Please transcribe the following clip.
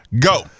go